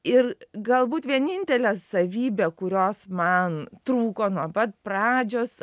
ir galbūt vienintelė savybė kurios man trūko nuo pat pradžios